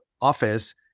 office